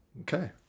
Okay